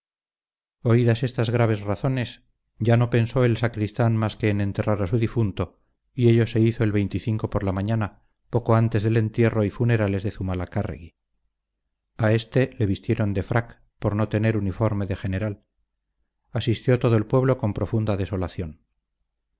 oídas estas graves razones ya no pensó el sacristán más que en enterrar a su difunto y ello se hizo el por la mañana poco antes del entierro y funerales de zumalacárregui a éste le vistieron de frac por no tener uniforme de general asistió todo el pueblo con profunda desolación